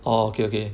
orh okay okay